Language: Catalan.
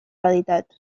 veritat